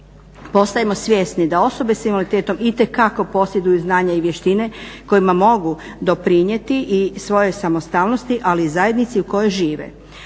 postajemo svjesni da osobe s invaliditetom itekako posjeduju znanja i vještine kojima mogu doprinijeti i svojoj samostalnosti ali i zajednici u kojoj žive.